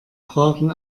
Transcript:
fragen